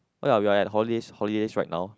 oh ya we had holidays holidays right now